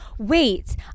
Wait